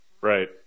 Right